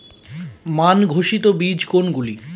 মান ঘোষিত বীজ কোনগুলি?